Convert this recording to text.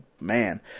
Man